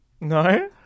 No